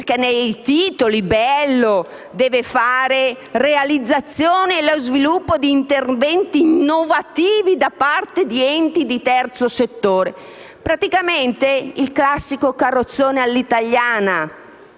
Nella definizione si parla di realizzazione e sviluppo di interventi innovativi da parte di enti di terzo settore: praticamente il classico carrozzone all'italiana.